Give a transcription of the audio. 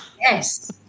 Yes